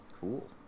cool